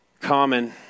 Common